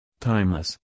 Timeless